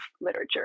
literature